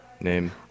name